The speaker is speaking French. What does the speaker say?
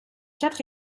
quatre